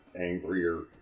angrier